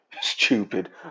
Stupid